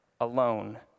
alone